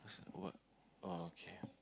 ask what oh okay